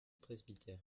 presbytère